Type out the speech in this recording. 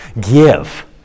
Give